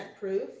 proof